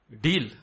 Deal